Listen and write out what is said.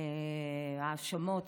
האשמות.